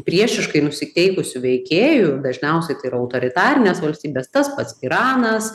priešiškai nusiteikusių veikėjų ir dažniausiai tai yra autoritarinės valstybės tas pats iranas